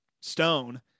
stone